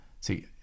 see